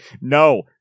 No